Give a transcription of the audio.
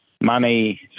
money